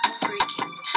freaking